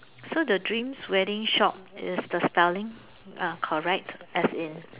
so the dreams wedding shop is the spelling uh correct as in